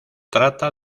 trata